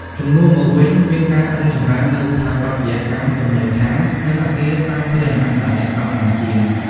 ជំនួសមកវិញ មានការរីកចម្រើននូវស្ថាបត្យកម្មលំនៅឋាន និងអគារសាធារណៈដែលសាមញ្ញជាង។